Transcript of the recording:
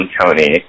Tony